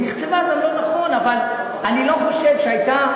היא גם נכתבה לא נכון, אבל אני לא חושב שהייתה,